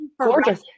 gorgeous